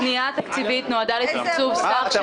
הפנייה התקציבית נועדה לתקצוב סך של